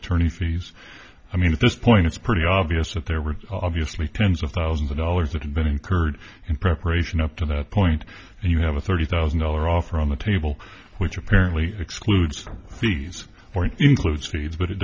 attorney fees i mean at this point it's pretty obvious that there were obviously tens of thousands of dollars that have been incurred in preparation up to that point and you have a thirty thousand dollar offer on the table which apparently excludes from these point include speed but it